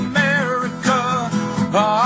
America